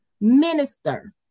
minister